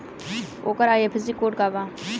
ओकर IFSC code का बा?